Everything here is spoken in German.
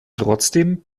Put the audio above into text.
trotzdem